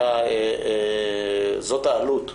זאת העלות.